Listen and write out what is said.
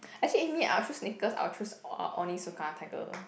actually eh me I'll choose sneakers I will choose o~ Onitsuka Tiger